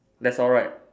that's all right